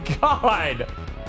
God